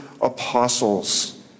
apostles